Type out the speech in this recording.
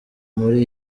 muri